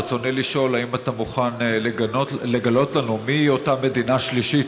ברצוני לשאול: האם אתה מוכן לגלות לנו מיהי אותה מדינה שלישית,